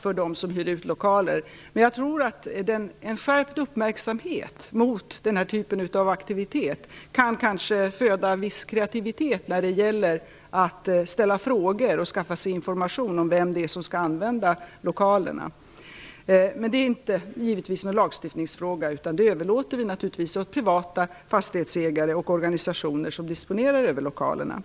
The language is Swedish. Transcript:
för dem som hyr ut lokaler att veta. Jag tror att en skärpt uppmärksamhet mot den här typen av aktivitet kanske kan föda viss kreativitet när det gäller att ställa frågor och skaffa sig information om vem som skall använda lokalerna. Det är givetvis inte någon lagstiftningsfråga. Det överlåter vi åt de privata fastighetsägare och organisationer som disponerar lokalerna.